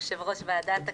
יושב-ראש ועדת הכנסת,